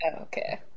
Okay